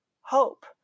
hope